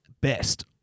best